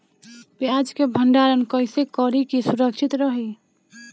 प्याज के भंडारण कइसे करी की सुरक्षित रही?